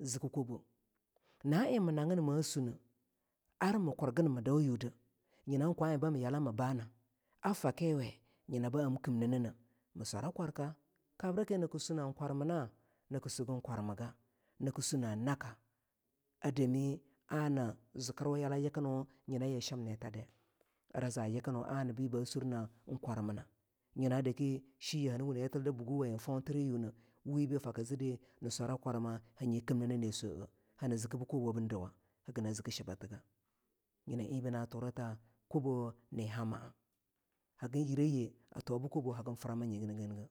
ziki kobo naen mi nagin ma sunneh ar mi kurgin ini dau yude nyinan kwaen bami yala mi baana a fakiweh nyina bahamkimnineneh mii swara kwarka kabrike naki sunnah kwar mina? naki segun kwarmiga naki sunnah en naaka a dami ana zikiriwa yola yakinwa nyina yi shimnita dai ara zeh yakinwu aanabe baa sunnah shiyen hani wunde yatil da buguwaye fontiri yuneh we bi faka zide ni swara kwarma hanyi kimnineh ni swaeh hani buh kobo ben duwa hagina ziki shibathigah nyina en be na thurithah kobo na hamana hagin yireyi a thuwa buh kobo hagin frama nye ganigeh